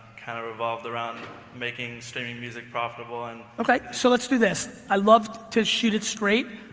kind of revolved around making streaming music profitable. and okay, so let's do this. i love to shoot it straight,